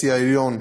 בשיא העליון,